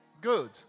Good